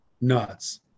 nuts